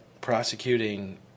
prosecuting